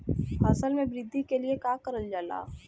फसल मे वृद्धि के लिए का करल जाला?